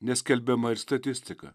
neskelbiama ir statistika